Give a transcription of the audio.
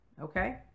Okay